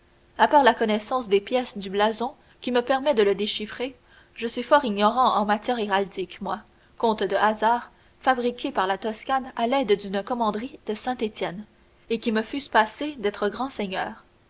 part la connaissance des pièces du blason qui me permet de le déchiffrer je suis fort ignorant en matière héraldique moi comte de hasard fabriqué par la toscane à l'aide d'une commanderie de saint-étienne et qui me fusse passé d'être grand seigneur